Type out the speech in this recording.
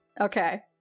okay